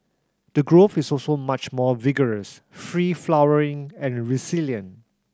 the growth is also much more vigorous free flowering and resilient